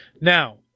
Now